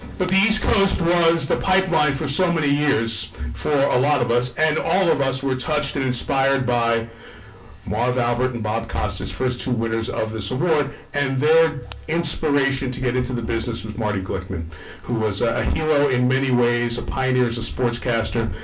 but the east coast was the pipeline for so many years for a lot of us and all of us were touched and inspired by marv albert and bob costas first two winners of this award and their inspiration to get into the business with marty glickman who was a hero in many ways, who pioneers as sportscaster.